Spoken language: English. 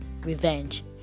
revenge